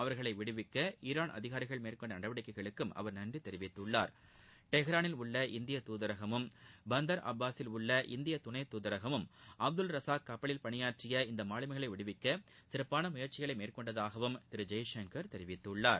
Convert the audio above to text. அவர்களை விடுவிக்க ஈரான் அதிகாரிகள் மேற்கொண்ட நடவடிக்கைக்கும் அவர் நன்றி தெரிவித்துள்ளார் தெஹ்ரானில் உள்ள இந்திய தூதரகமும் பந்தார் அப்பாலில் உள்ள இந்திய துணை தூதரகமும் அப்துல் ரஸாக் கப்பலில் பணியாற்றிய இந்த மாலுமிகளை விடுக்க சிறப்பான முயற்சிகளை மேற்கொண்டதாகவும் திரு ஜெய்சங்கர் தெரிவித்துள்ளார்